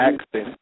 accent